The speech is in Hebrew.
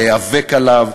להיאבק עליו,